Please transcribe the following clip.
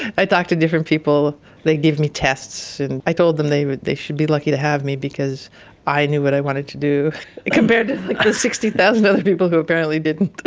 i talked to different people, they gave me tests, and i told them they they should be lucky to have me because i knew what i wanted to do compared to the sixty thousand other people who apparently didn't.